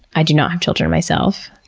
i do not have children myself.